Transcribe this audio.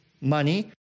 money